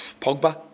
Pogba